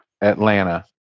Atlanta